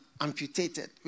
amputated